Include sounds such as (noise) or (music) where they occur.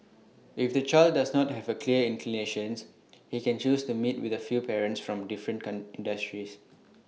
if the child does not have A clear inclinations he can choose to meet with A few parents from different (unintelligible) industries